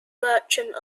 merchant